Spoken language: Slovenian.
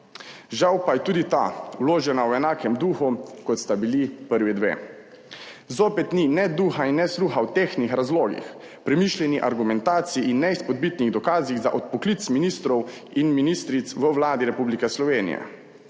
Žal pa je tudi ta vložena v enakem duhu, kot sta bili prvi dve. Zopet ni ne duha in ne sluha v tehtnih razlogih, premišljeni argumentaciji in neizpodbitnih dokazih za odpoklic ministrov in ministric v Vladi Republike Slovenije.